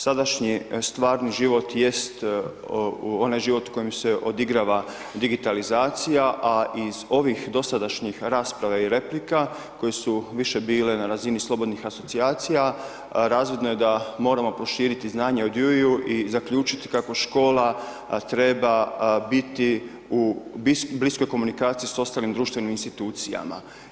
Sadašnji stvarni život jest onaj život u kojem se odigrava digitalizacija, a iz ovih dosadašnjih rasprava i replika, koje su više bile na razini slobodnih asocijacija, razvidno je da moramo proširio znanje o Dury, i zaključiti kako škola treba biti u bilo kojoj komunikaciji s ostalim društvenim institucijama.